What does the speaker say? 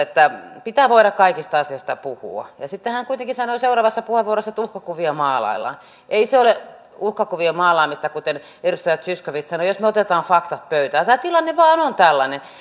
että pitää voida kaikista asioista puhua ja ja sitten hän kuitenkin sanoi seuraavassa puheenvuorossa että uhkakuvia maalaillaan ei se ole uhkakuvien maalaamista kuten edustaja zyskowicz sanoi jos me otamme faktat pöytään tämä tilanne vain on tällainen